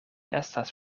estas